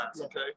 Okay